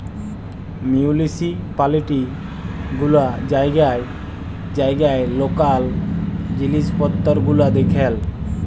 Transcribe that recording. municipality গুলা জাইগায় জাইগায় লকাল জিলিস পত্তর গুলা দ্যাখেল